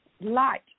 light